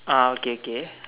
ah okay okay